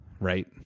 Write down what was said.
Right